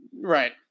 Right